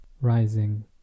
rising